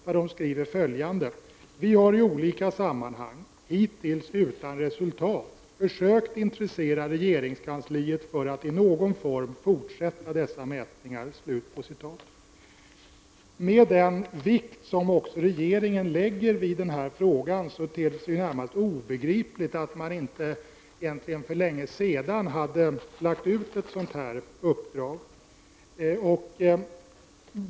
Man skriver följande: ”Vi har i olika sammanhang = hittills utan resultat — försökt intressera regeringskansliet för att i någon form fortsätta dessa mätningar.” Med den vikt som också regeringen lägger vid den här frågan ter det sig närmast obegripligt att man inte för länge sedan har lagt ut ett sådant uppdrag.